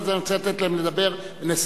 אני רוצה לתת להם לדבר ונסיים.